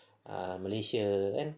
ah malaysia kan